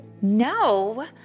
No